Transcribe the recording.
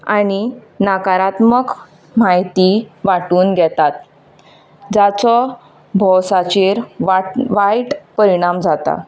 आनी नाकारात्मक म्हायती वांटून घेतात जाचो भौसाचेर वाट वायट परिणाम जाता